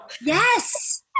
Yes